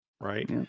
right